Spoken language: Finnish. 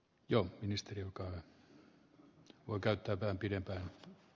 jo niistä jokainen voi käyttää pidentää